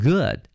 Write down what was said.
Good